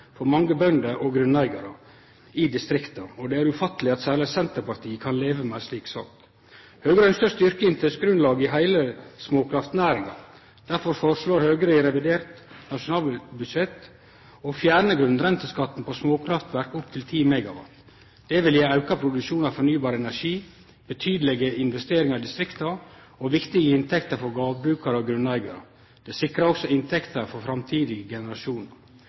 for mange bønder og grunneigarar i distrikta, og det er ufatteleg at særleg Senterpartiet kan leve med ei slik sak. Høgre ønskjer å styrkje inntektsgrunnlaget i heile småkraftnæringa. Derfor føreslår Høgre i revidert nasjonalbudsjett å fjerne grunnrenteskatten på småkraftverk opp til 10 MW. Det vil gje auka produksjon av fornybar energi, betydelege investeringar i distrikta og viktige inntekter for gardbrukarar og grunneigarar. Det sikrar også inntekter for framtidige generasjonar.